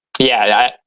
yeah,